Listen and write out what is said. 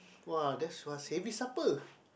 [wah] that's one savoury supper